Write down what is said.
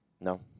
No